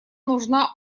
нужна